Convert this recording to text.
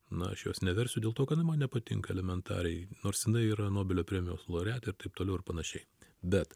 na aš jos neversiu dėl to kad jinai man nepatinka elementariai nors jinai yra nobelio premijos laureatė ir taip toliau ir panašiai bet